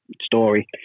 story